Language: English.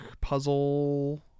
puzzle